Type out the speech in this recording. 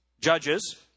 Judges